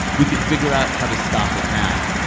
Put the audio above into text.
we can figure out how to stop it now.